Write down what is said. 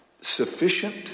sufficient